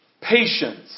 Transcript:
patience